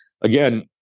Again